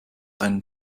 einen